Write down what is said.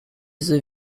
the